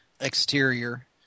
exterior